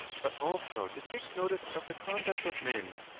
but also to take notice of the conduct of men,